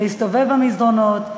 להסתובב במסדרונות,